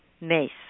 Mace